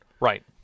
Right